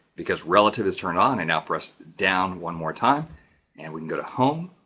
because relative is turned on and now pressed down one more time and we can go to home